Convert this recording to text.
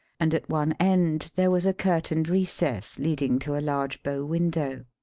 and at one end there was a curtained recess leading to a large bow window.